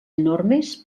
enormes